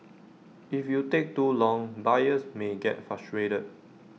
if you take too long buyers may get frustrated